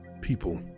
people